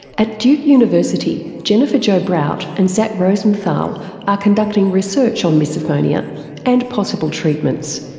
at duke university, jennifer jo brout and zach rosenthal are conducting research on misophonia and possible treatments.